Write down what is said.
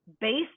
based